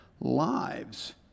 lives